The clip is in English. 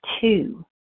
two